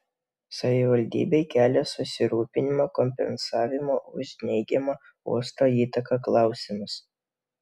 savivaldybei kelia susirūpinimą kompensavimo už neigiamą uosto įtaką klausimas